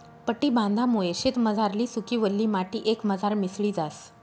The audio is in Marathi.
पट्टी बांधामुये शेतमझारली सुकी, वल्ली माटी एकमझार मिसळी जास